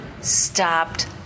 stopped